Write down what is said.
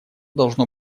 должно